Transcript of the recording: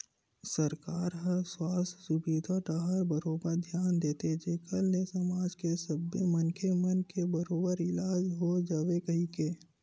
सरकार ह सुवास्थ सुबिधा डाहर बरोबर धियान देथे जेखर ले समाज के सब्बे मनखे मन के बरोबर इलाज हो जावय कहिके